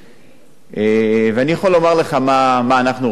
ואני יכול לומר לך מה אנחנו רוצים לעשות